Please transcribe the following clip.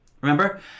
Remember